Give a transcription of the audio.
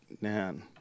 man